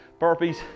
burpees